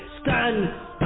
Stand